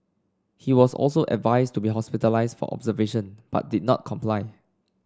he was also advised to be hospitalised for observation but did not comply